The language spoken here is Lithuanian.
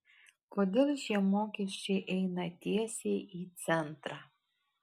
kodėl šitie mokesčiai eina tiesiai į centrą